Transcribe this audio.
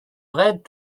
bread